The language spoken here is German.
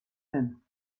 hin